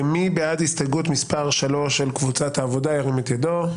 מי בעד הסתייגות מס' 3 של קבוצת העבודה ירים את ידו?